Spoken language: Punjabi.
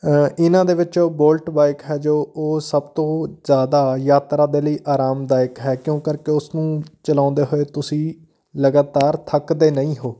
ਇਹਨਾਂ ਦੇ ਵਿੱਚੋਂ ਬੁਲਟ ਬਾਈਕ ਹੈ ਜੋ ਉਹ ਸਭ ਤੋਂ ਜ਼ਿਆਦਾ ਯਾਤਰਾ ਦੇ ਲਈ ਆਰਾਮਦਾਇਕ ਹੈ ਕਿਉਂ ਕਰਕੇ ਉਸ ਨੂੰ ਚਲਾਉਂਦੇ ਹੋਏ ਤੁਸੀਂ ਲਗਾਤਾਰ ਥੱਕਦੇ ਨਹੀਂ ਹੋ